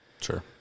Sure